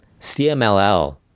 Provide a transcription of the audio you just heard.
CMLL